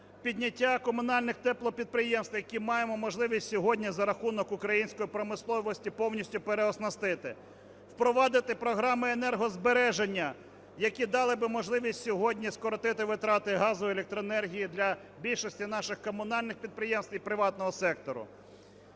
підняття комунальних теплопідприємств, які маємо можливість сьогодні за рахунок української промисловості повністю переоснастити. Впровадити програми енергозбереження, які дали б можливість сьогодні скоротити витрати газу, електроенергії для більшості наших комунальних підприємств і приватного сектору.